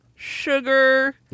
sugar